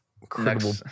Incredible